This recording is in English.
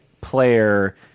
player